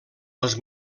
les